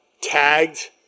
tagged